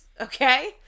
okay